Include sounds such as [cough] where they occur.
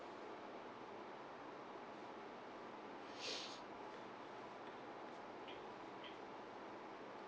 [breath]